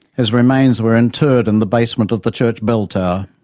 his remains were interred in the basement of the church bell tower.